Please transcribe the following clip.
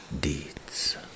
deeds